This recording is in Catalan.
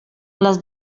les